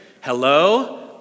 hello